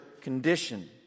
condition